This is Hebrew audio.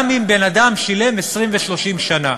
גם אם בן-אדם שילם 20 ו-30 שנה,